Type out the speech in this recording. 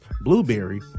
Blueberry